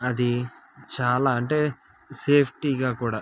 అది చాలా అంటే సేఫ్టీగా కూడా